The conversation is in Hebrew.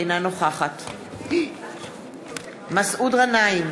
אינה נוכחת מסעוד גנאים,